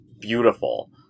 Beautiful